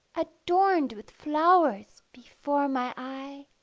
adorned with flowers, before my eye,